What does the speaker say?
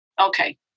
Okay